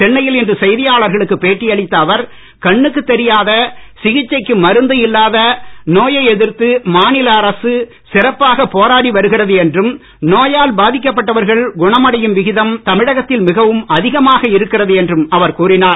சென்னையில் இன்று செய்தியாளர்களுக்கு பேட்டி அளித்த அவர் கண்ணுக்கு தெரியாத சிகிச்சைக்கு மருந்து இல்லாத நோயை எதிர்த்து மாநில அரசு சிறப்பாக போராடி வருகிறது என்றும் நோயால் பாதிக்கப்பட்டவர்கள் குணமடையும் விகிதம் தமிழகத்தில் மிகவும் அதிகமாக இருக்கிறது என்றும் அவர் கூறினார்